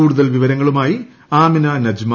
കൂടുതൽ വിവരങ്ങളുമായി ആമിന നജ്മ